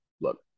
Look